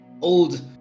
old